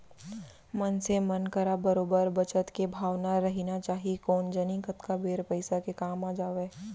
मनसे मन करा बरोबर बचत के भावना रहिना चाही कोन जनी कतका बेर पइसा के काम आ जावय